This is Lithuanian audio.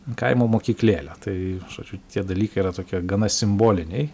kaimo mokyklėlę tai žodžiu tie dalykai yra tokie gana simboliniai